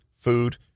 food